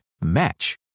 match